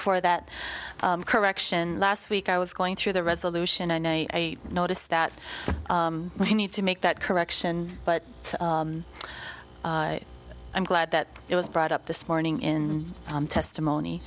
for that correction last week i was going through the resolution and i notice that i need to make that correction but i'm glad that it was brought up this morning in testimony